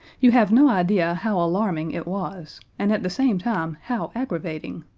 you have no idea how alarming it was, and at the same time how aggravating.